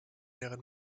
deren